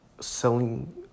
selling